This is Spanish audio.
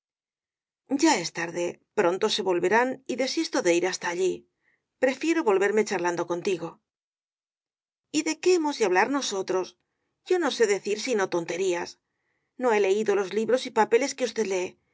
ya es tarde pronto se volverán y desisto de ir hasta allí prefiero volverme charlando contigo y de qué hemos de charlar nosotros yo no sé decir sino tonterías no he leído los libros y pa peles que usted lee